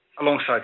alongside